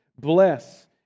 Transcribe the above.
Bless